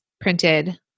printed